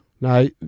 no